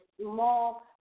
small